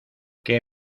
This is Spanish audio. que